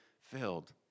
filled